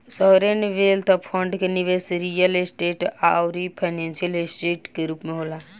sovereign wealth fund के निबेस real estate आउरी फाइनेंशियल ऐसेट के रूप में होला